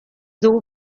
dugu